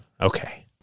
Okay